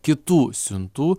kitų siuntų